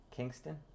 Kingston